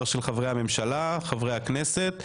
- מספר חברי הממשלה וחברי הכנסת,